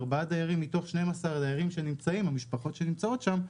ארבע משפחות מתוך 12 המשפחות שנמצאות שם,